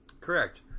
Correct